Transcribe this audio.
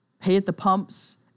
pay-at-the-pumps